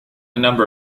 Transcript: number